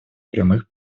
прямых